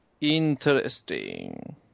Interesting